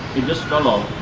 it just fell off,